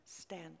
stand